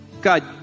God